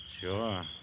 Sure